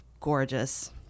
gorgeous